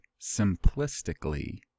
simplistically